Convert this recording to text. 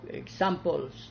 examples